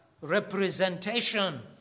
representation